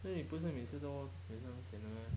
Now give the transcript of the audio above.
then 你不是每次都每次很 sian 的